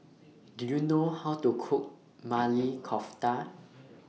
Do YOU know How to Cook Maili Kofta